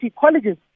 colleges